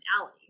alley